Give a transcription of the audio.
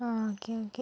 ആ okay okay